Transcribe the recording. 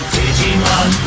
Digimon